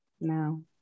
No